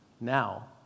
now